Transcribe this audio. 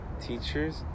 teachers